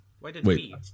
Wait